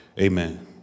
Amen